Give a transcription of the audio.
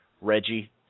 Reggie